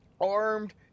Armed